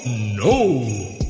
no